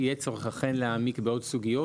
יהיה צורך אכן להעמיק בעוד סוגיות,